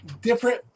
different